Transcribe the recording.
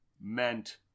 meant